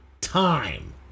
time